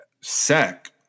Sec